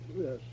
yes